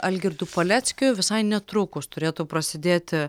algirdu paleckiu visai netrukus turėtų prasidėti